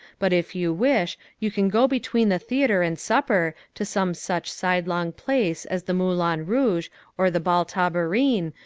but if you wish, you can go between the theater and supper to some such side-long place as the moulin rouge or the bal tabarin,